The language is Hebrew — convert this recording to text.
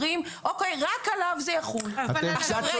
ההחלטה הייתה אך